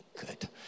Good